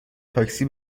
تاکسی